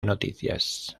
noticias